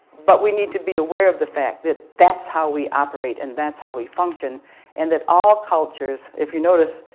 but we need to be aware of the fact that that's how we operate and that's how we function and that all cultures, if you notice,